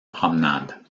promenade